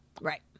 Right